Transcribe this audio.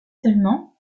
seulement